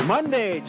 Monday